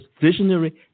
visionary